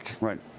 right